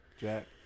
Jack